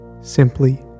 simply